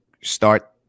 start